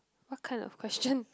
what kind of questions